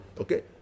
Okay